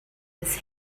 his